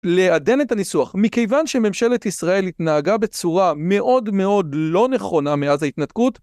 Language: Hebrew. לעדן את הניסוח, מכיוון שממשלת ישראל התנהגה בצורה מאוד מאוד לא נכונה מאז ההתנתקות.